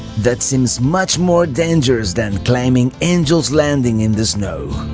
that seems much more dangerous than climbing angel's landing in the snow.